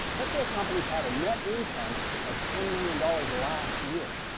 let's say a company has had a net income of ten million dollars last year.